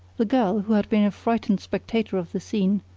the girl, who had been a frightened spectator of the scene,